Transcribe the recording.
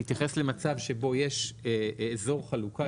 כדי להתייחס למצב שבו יש אזור חלוקה,